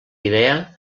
idea